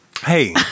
Hey